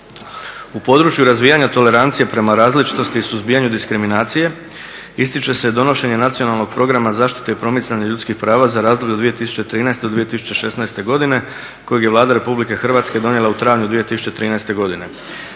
U području razvijanja tolerancije prema različitosti i suzbijanju diskriminacije, ističe se donošenje Nacionalnog programa zaštite i promicanja ljudskih prava za razdoblje od 2013. do 2016. godine kojeg je Vlada RH donijela u travnju 2013. godine.